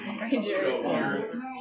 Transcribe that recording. Ranger